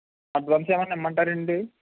advance ఏమైనా ఇమ్మంటారండి